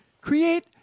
create